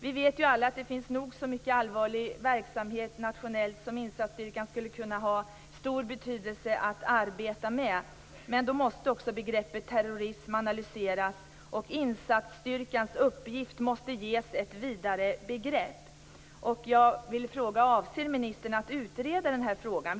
Vi vet ju alla att det finns nog så mycket allvarlig verksamhet nationellt som insatsstyrkan skulle kunna ha stor betydelse i arbetet med. Men då måste också begreppet terrorism analyseras, och insatsstyrkans uppgift måste ges en vidare definition. Jag vill fråga: Avser ministern att utreda den frågan?